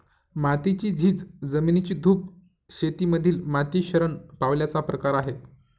मातीची झीज, जमिनीची धूप शेती मधील माती शरण पावल्याचा प्रकार आहे